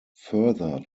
further